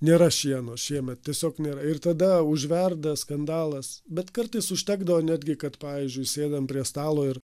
nėra šieno šiemet tiesiog nėra ir tada užverda skandalas bet kartais užtekdavo netgi kad pavyzdžiui sėdam prie stalo ir